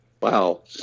wow